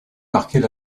marquait